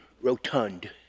rotund